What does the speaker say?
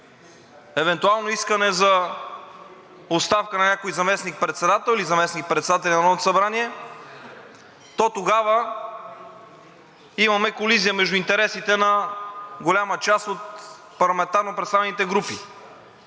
евентуално искане за оставка на някой заместник-председател или заместник-председатели на Народното събрание, то тогава имаме колизия между интересите на голяма част от парламентарно представените групи.